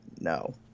No